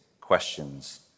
questions